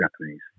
Japanese